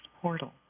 portal